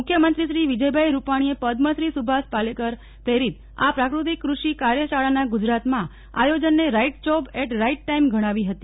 મુખ્યમંત્રીશ્રી વિજયભાઇ રૂપાશ્રીએ પદ્મશ્રી સુભાષ પાલેકર પ્રેરિત આ પ્રાકૃતિક કૃષિ કાર્યશાળાના ગુજરાતમાં આયોજનને right job at right time ગજ્ઞાવી હતી